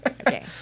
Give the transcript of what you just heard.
Okay